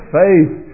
faith